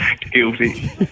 Guilty